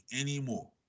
anymore